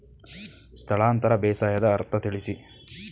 ಸ್ಥಳಾಂತರ ಬೇಸಾಯದ ಅರ್ಥ ತಿಳಿಸಿ?